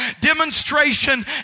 demonstration